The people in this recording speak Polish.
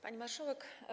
Pani Marszałek!